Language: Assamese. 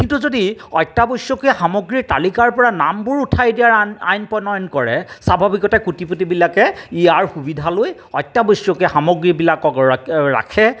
কিন্তু যদি অত্যাৱশ্যকীয় সামগ্ৰীৰ তালিকাৰ পৰা নামবোৰ উঠাই দিয়াৰ আই আইন প্ৰণয়ন কৰে স্বাভাৱিকতে কোটিপটিবিলাকে ইয়াৰ সুবিধা লৈ অত্যাৱশ্যকীয় সামগ্ৰীবিলাক ৰাখে